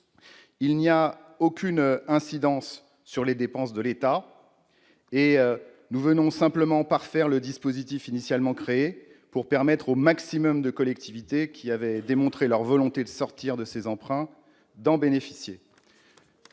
elle n'aurait aucune incidence sur les dépenses de l'État. Nous proposons simplement de parfaire le dispositif initialement instauré pour permettre au maximum de collectivités qui avaient démontré leur volonté de sortir de ces emprunts d'en bénéficier.